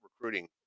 recruiting